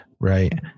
right